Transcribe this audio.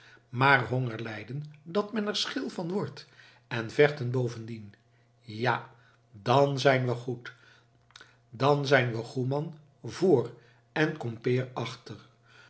maar honger lijden dat men er scheel van wordt en vechten bovendien ja dan zijn we goed dan zijn we goeman voor en kompeer achter